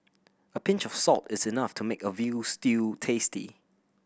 a pinch of salt is enough to make a veal stew tasty